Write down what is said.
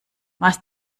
was